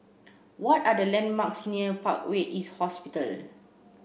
what are the landmarks near Parkway East Hospital